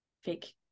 fake